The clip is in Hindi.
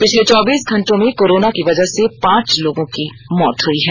पिछले चौबीस घटों में कोरोना की वजह से पांच लोगों की मौत हुई है